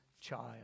child